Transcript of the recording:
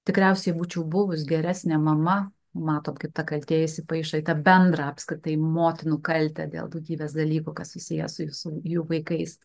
tikriausiai būčiau buvus geresnė mama matot kaip ta kaltė įsipaišo į tą bendrą apskritai motinų kaltę dėl daugybės dalykų kas susiję su jūsų jų vaikais